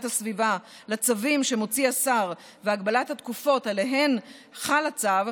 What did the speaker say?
הסביבה לצווים שמוציא השר והגבלת התקופות שעליהן חל הצו,